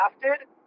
drafted